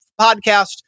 podcast